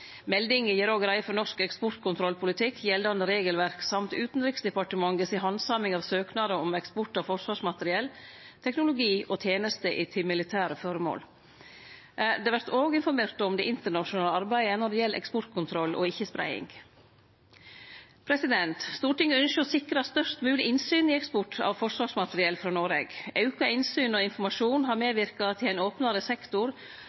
Meldinga gjer òg greie for norsk eksportkontrollpolitikk, gjeldande regelverk og Utanriksdepartementets handsaming av søknader om eksport av forsvarsmateriell, teknologi og tenester til militære føremål. Det vert òg informert om det internasjonale arbeidet når det gjeld eksportkontroll og ikkje-spreiing. Stortinget ynskjer å sikre størst mogleg innsyn i eksport av forsvarsmateriell frå Noreg. Auka innsyn og informasjon har medverka til ein opnare sektor